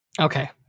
okay